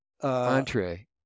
entree